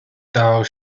dawał